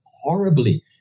horribly